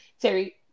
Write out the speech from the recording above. Terry